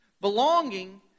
Belonging